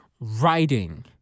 writing